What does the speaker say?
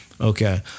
Okay